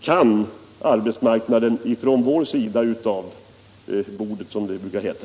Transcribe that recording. ”kan” arbetsmarknaden ”från vår sida av bordet”, som det brukar heta.